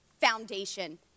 foundation